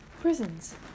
prisons